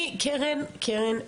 קרן,